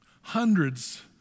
hundreds